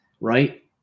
right